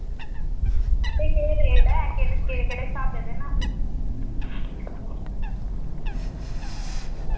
भाई केह् रेट ऐ के केह्ड़े केह्ड़े स्हाबे दे न